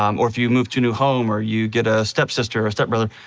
um or if you move to new home, or you get a stepsister or a stepbrother,